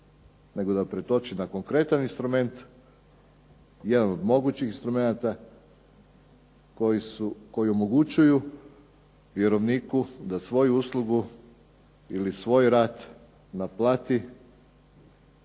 nego da pretoči na konkretan instrument, jedan od mogućih instrumenata koji omogućuju vjerovniku da svoju uslugu ili svoj rad naplati